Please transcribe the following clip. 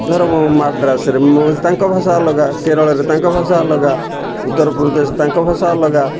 ଧର ମାଡ଼୍ରାସରେ ତାଙ୍କ ଭାଷା ଅଲଗା କେରଳରେ ତାଙ୍କ ଭାଷା ଅଲଗା ଉତ୍ତରପ୍ରଦେଶ ତାଙ୍କ ଭାଷା ଅଲଗା